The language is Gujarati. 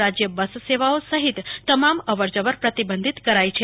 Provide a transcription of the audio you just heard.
રાજ્ય બસ સેવાઓ સહિત તમામ અવરજવર પ્રતિબંધિત કરાઈ છે